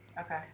Okay